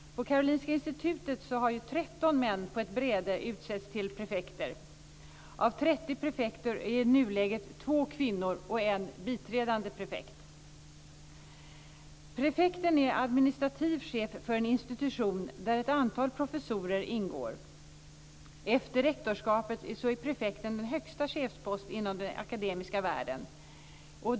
På Karolinska institutet har 13 män på ett bräde utsetts till prefekter. Av 30 prefekter är i nuläget 2 kvinnor. En kvinna är biträdande prefekt. Prefekten är administrativ chef för en institution där ett antal professorer ingår. Efter rektorskapet är prefekten den högsta chefsposten inom den akademiska världen.